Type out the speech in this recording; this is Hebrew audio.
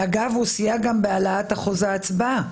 אגב, הוא סייע בהעלאת אחוז ההצבעה.